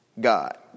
God